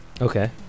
Okay